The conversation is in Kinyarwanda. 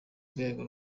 rwego